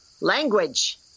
language